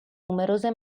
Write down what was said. numerose